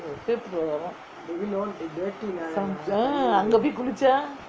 paper லே வரும் அங்கே போய் குளிச்சா:lae varum angae poi kulichaa